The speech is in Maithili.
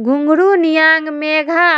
घूंघरू, नियांग मेघा,